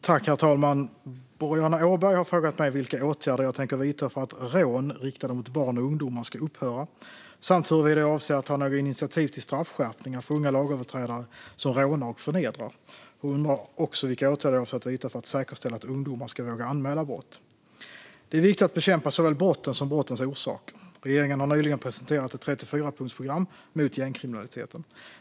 Herr talman! Boriana Åberg har frågat mig vilka åtgärder jag tänker vidta för att rån riktade mot barn och ungdomar ska upphöra samt huruvida jag avser att ta några initiativ till straffskärpningar för unga lagöverträdare som rånar och förnedrar. Hon undrar också vilka åtgärder jag avser att vidta för att säkerställa att ungdomar ska våga anmäla brott. Det är viktigt att bekämpa såväl brotten som brottens orsaker. Regeringen har nyligen presenterat ett 34-punktsprogram mot gängkriminaliteten.